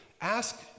ask